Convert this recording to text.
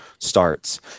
starts